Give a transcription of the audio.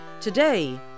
Today